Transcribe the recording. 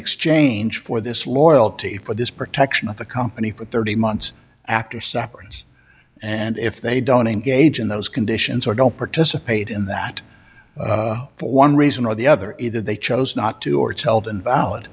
exchange for this loyalty for this protection of the company for thirty months after separate and if they don't engage in those conditions or don't participate in that for one reason or the other is that they chose not to or it's held invalid